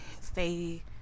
stay